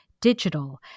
digital